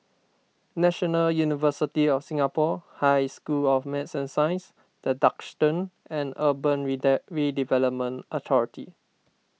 National University of Singapore High School of Math Science the Duxton and Urban Redevelopment Authority